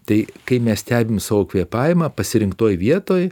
tai kai mes stebim savo kvėpavimą pasirinktoj vietoj